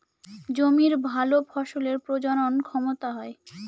জমির ভালো ফসলের প্রজনন ক্ষমতা হয়